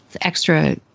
extra